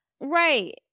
Right